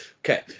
Okay